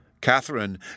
Catherine